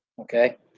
Okay